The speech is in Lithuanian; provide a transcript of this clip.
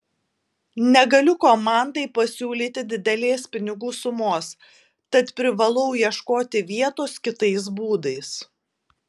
negaliu komandai pasiūlyti didelės pinigų sumos tad privalau ieškoti vietos kitais būdais